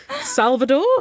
Salvador